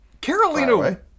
Carolina